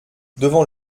devant